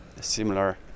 similar